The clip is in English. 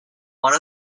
one